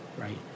right